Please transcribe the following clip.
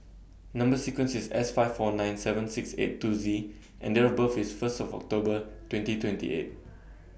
Number sequence IS S five four nine seven six eight two Z and Date of birth IS First of October twenty twenty eight